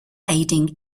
aiding